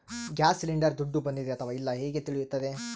Gas cylinder ದುಡ್ಡು ಬಂದಿದೆ ಅಥವಾ ಇಲ್ಲ ಹೇಗೆ ತಿಳಿಯುತ್ತದೆ?